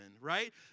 right